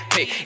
Hey